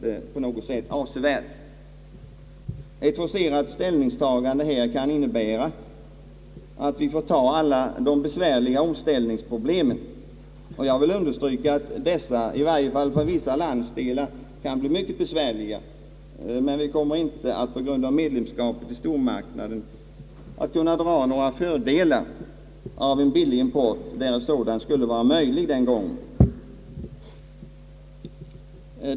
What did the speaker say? Ett forcerat ställningstagande kan innebära, att vi får ta alla de mycket besvärliga omställningsproblemen — jag vill understryka att dessa för vissa landsdelar kan bli mycket besvärliga — men vi kommer inte på grund av medlemskapet i stormarknaden att kunna dra fördelar av billig import, om sådan skulle vara möjlig.